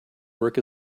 work